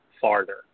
farther